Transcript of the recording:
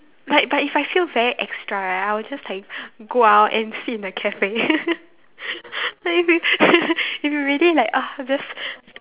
like but if I feel very extra right I'll just like go out and sit in a cafe like if you if you really like !ugh! just